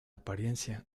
apariencia